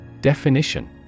Definition